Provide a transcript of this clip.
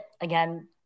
Again